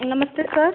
नमस्ते सर